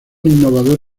innovador